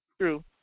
true